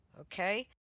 okay